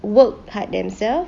work hard themselves